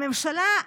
הממשלה,